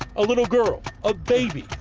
a little girl, a baby,